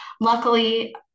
luckily